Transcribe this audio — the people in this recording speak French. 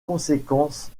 conséquences